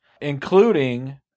including